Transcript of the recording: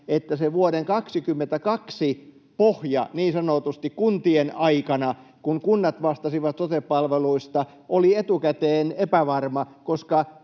että se vuoden 2022 pohja niin sanotusti kuntien aikana, kun kunnat vastasivat sote-palveluista, oli etukäteen epävarma,